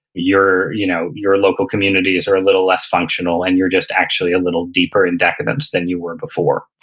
your you know your local communities are a little less functional and you're just actually a little deeper in decadents than you were before.